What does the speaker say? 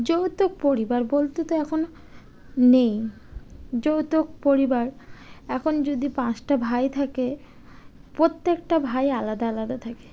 যৌথ পরিবার বলতে এখন নেই যৌথ পরিবার এখন যদি পাঁচটা ভাই থাকে প্রত্যেকটা ভাই আলাদা আলাদা থাকে